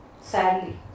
Sadly